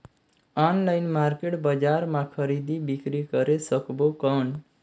Online market बजार मां खरीदी बीकरी करे सकबो कौन?